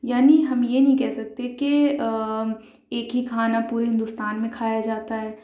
یعنی ہم یہ نہیں کہہ سکتے کہ ایک ہی کھانا پورے ہندوستان میں کھایا جاتا ہے